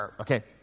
Okay